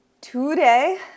Today